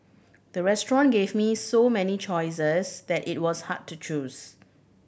the restaurant gave me so many choices that it was hard to choose